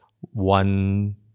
one